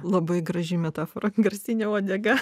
labai graži metafora garsinė uodega